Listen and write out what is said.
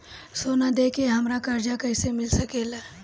सोना दे के हमरा कर्जा कईसे मिल सकेला?